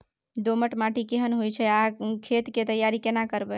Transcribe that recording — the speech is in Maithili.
दोमट माटी केहन होय छै आर खेत के तैयारी केना करबै?